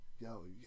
yo